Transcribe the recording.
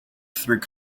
through